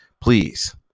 Please